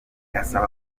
asaba